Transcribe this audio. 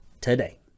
today